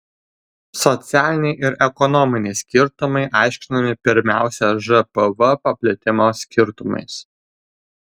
socialiniai ir ekonominiai skirtumai aiškinami pirmiausia žpv paplitimo skirtumais